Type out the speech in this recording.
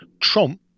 Trump